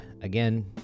again